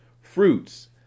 fruits